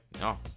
no